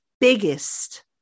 biggest